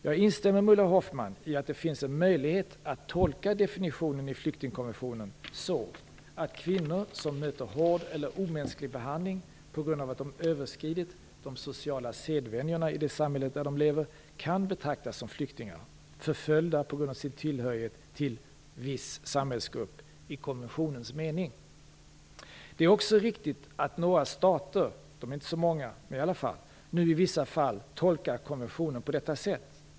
Jag instämmer med Ulla Hoffmann i att det finns en möjlighet att tolka definitionen i flyktingkonventionen så att kvinnor, som möter hård eller omänsklig behandling på grund av att de överskridit de sociala sedvänjorna i det samhälle där de lever, kan betraktas som flyktingar, förföljda på grund av sin tillhörighet till "viss samhällsgrupp" i konventionens mening. Det är också riktigt att några stater - det är inte så många men i alla fall - nu i vissa fall tolkar konventionen på detta sätt.